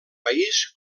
país